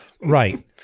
Right